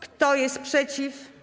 Kto jest przeciw?